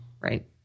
Right